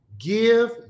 Give